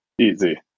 Easy